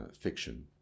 fiction